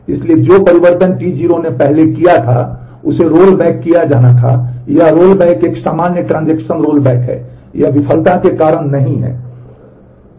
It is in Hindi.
इसलिए जो परिवर्तन T0 ने पहले किया था उसे रोलबैक रोलबैक है यह विफलता के कारण नहीं है